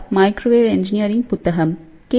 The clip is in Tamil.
Pozar மைக்ரோவேவ் இன்ஜினியரிங் புத்தகம் கே